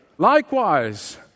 Likewise